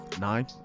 Nine